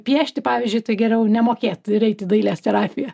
piešti pavyzdžiui tai geriau nemokėt ir eit į dailės terapiją